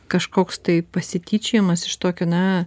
kažkoks tai pasityčiojimas iš tokio na